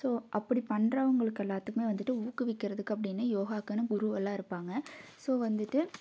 so அப்படி பண்ணுறவங்களுக்கு எல்லாத்துக்குமே வந்துவிட்டு ஊக்குவிக்கிறதுக்கு அப்படினு யோகாக்குன்னு குரு எல்லாம் இருப்பாங்க ஸோ வந்துவிட்டு